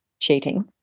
cheating